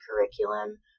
curriculum